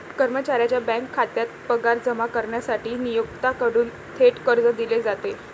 कर्मचाऱ्याच्या बँक खात्यात पगार जमा करण्यासाठी नियोक्त्याकडून थेट कर्ज दिले जाते